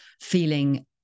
feeling